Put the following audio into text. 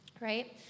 right